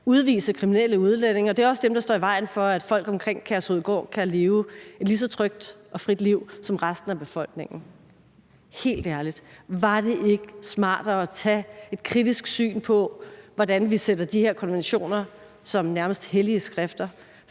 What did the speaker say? udvise kriminelle udlændinge, og det er dem, der står i vejen for, at folk omkring Kærshovedgård kan leve et lige så trygt og frit liv som resten af befolkningen. Helt ærligt: Var det ikke smartere at tage et kritisk syn på, hvordan vi sætter de her konventioner op som nærmest hellige skrifter